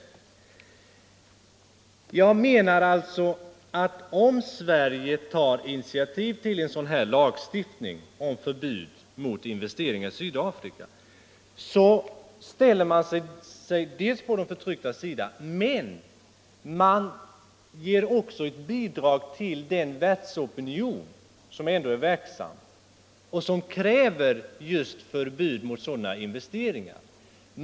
Jag menar alltså att om vi i Sverige tar initiativ till en lagstiftning om förbud mot investeringar i Sydafrika ställer vi oss på de förtrycktas sida, men ger också ett bidrag till den världsopinion som ändå är verksam och som kräver just förbud mot sådana investeringar.